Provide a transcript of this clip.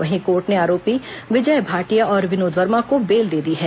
वहीं कोर्ट ने आरोपी विजय भाटिया और विनोद वर्मा को बेल दे दी है